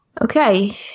Okay